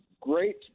great